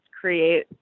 create